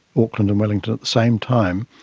auckland and wellington, at the same time,